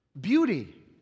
beauty